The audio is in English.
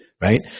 right